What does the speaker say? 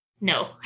No